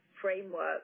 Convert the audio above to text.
framework